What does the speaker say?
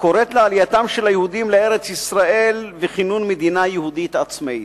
הקוראת לעלייתם של היהודים לארץ-ישראל וכינון מדינה יהודית עצמאית.